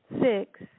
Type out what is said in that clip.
six